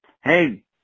Hey